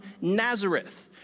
Nazareth